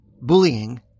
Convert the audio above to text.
bullying